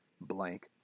blank